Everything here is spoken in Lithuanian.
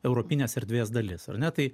europinės erdvės dalis ar ne tai